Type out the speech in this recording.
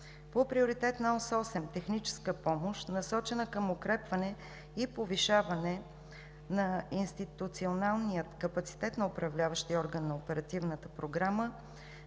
По Приоритетна ос 8 – „Техническа помощ“, насочена към укрепване и повишаване на институционалния капацитет на управляващия орган на Оперативна програма